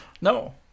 no